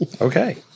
Okay